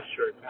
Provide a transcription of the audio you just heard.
Sure